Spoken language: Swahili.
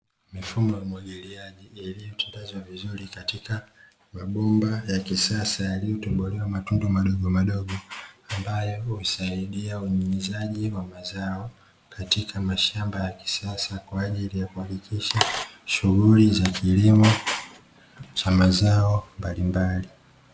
Mifumo ya umwagiliaji iliyotandazwa vizuri katika mabomba ya kisasa yaliyotobolewa matundu madogomadogo, ambayo husaidia unyunyizaji wa mazao katika mashamba ya kisasa kwa ajili yakuhakikisha shughuli za kilimo cha mazao mbalimbali.